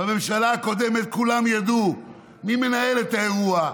בממשלה הקודמת כולם ידעו מי מנהל את האירוע,